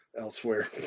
elsewhere